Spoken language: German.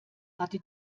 hatte